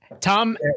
Tom